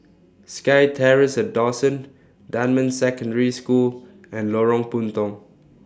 Sky Terrace At Dawson Dunman Secondary School and Lorong Puntong